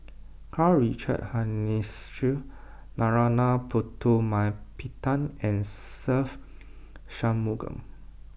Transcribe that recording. Karl Richard Hanitsch Narana Putumaippittan and Se Ve Shanmugam